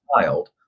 child